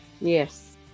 Yes